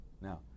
Now